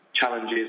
challenges